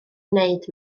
wneud